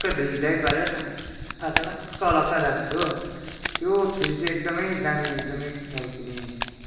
धुइधाई पारेर सफा चडक्क अलग्गै राख्छु हो त्यो छुरी चाहिँ एक्दमै दामी एक्दमै टल्किने